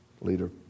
leader